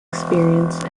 experience